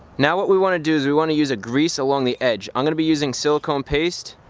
now what we want to do is we want to use a grease along the edge. i'm going to be using silicone paste,